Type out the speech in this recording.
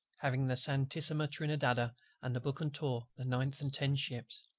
having the santissima trinidada and the bucentaur the ninth and tenth ships,